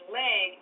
leg